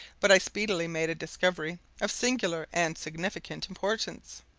but i speedily made a discovery of singular and significant importance.